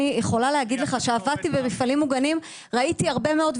אני יכולה להגיד לך שעבדתי במפעלים מוגנים וראיתי הרבה מאוד.